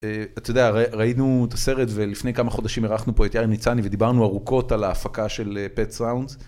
אתה יודע, ראינו את הסרט ולפני כמה חודשים ארחנו פה את יאיר ניצני ודיברנו ארוכות על ההפקה של Petsounds.